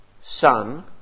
Son